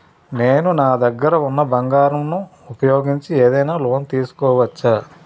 నేను నా దగ్గర ఉన్న బంగారం ను ఉపయోగించి ఏదైనా లోన్ తీసుకోవచ్చా?